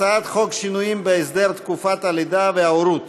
הצעת חוק שינויים בהסדר תקופת הלידה וההורות